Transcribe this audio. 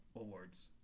Awards